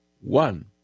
one